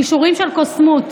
כישורים של קוסמות.